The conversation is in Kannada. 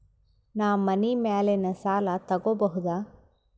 ನಾ ಮನಿ ಮ್ಯಾಲಿನ ಸಾಲ ತಗೋಬಹುದಾ?